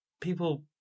people